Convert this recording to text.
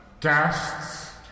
guests